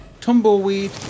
Tumbleweed